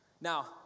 Now